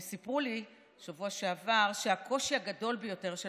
הם סיפרו לי בשבוע שעבר שהקושי הגדול ביותר של